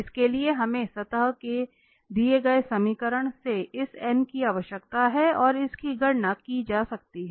इसके लिए हमें सतह के दिए गए समीकरण से इस की आवश्यकता है और इसकी गणना की जा सकती है